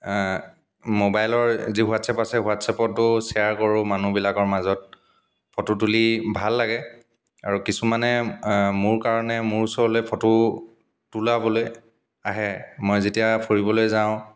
মোবাইলৰ যি হোৱাটছআপ আছে হোৱাটছআপতো শ্বেয়াৰ কৰোঁ মানুহবিলাকৰ মাজত ফটো তুলি ভাল লাগে আৰু কিছুমানে মোৰ কাৰণে মোৰ ওচৰলৈ ফটো তোলাবলৈ আহে মই যেতিয়া ফুৰিবলৈ যাওঁ